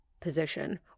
position